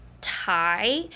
tie